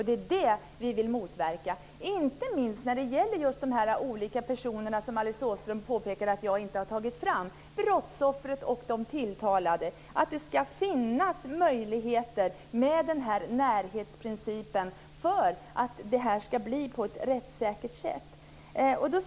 Det är detta som vi vill motverka, inte minst när det gäller de olika personer som Alice Åström påpekade att jag inte hade tagit upp, brottsoffret och den tilltalade. Närhetsprincipen ska göra det möjligt med en rättssäker process.